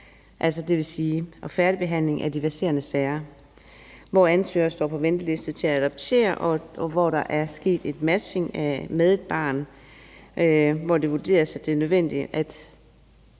altså dvs. færdigbehandling af de verserende sager, hvor ansøgere står på venteliste til at adoptere, og hvor der er sket matching med et barn, og hvor ministeren vurderer og